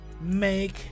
make